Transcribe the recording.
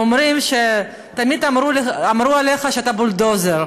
תמיד אמרו עליך שאתה בולדוזר,